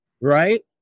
right